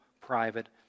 private